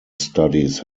studies